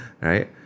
right